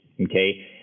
okay